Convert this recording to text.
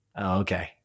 Okay